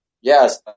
Yes